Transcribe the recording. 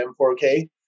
M4K